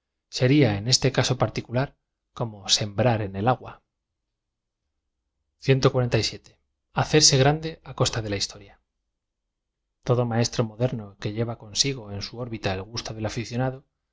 en e m caso particular como sembrar en el agua hacerse grande á costa de la historia todo maestro moderno que lle v a consigo en mu ór bita el gusto del aficionado